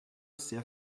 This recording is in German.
sehr